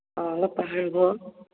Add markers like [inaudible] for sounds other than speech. অ' অলপ [unintelligible]